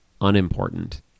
unimportant